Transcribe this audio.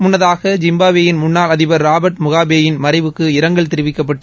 முன்னதாக ஜிம்பாப்வே யின் முன்னாள் அதிபர் ராபர்ட் முகாபே யின் மறைவுக்கு இரங்கல் தெரிவிக்கப்பட்டு